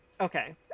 Okay